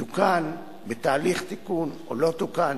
תוקן, בתהליך תיקון או לא תוקן.